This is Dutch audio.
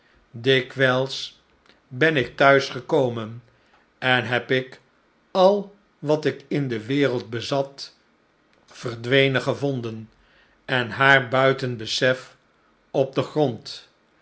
dikwijls ben ik thuis gekomen en heb ik al wat ik in de wereld bezat verdwenen gevonden en haar buiten besef op den grond